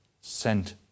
sent